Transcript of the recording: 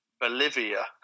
Bolivia